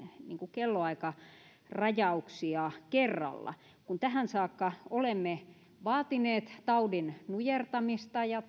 kellonaikarajauksia tähän saakka olemme vaatineet taudin nujertamista ja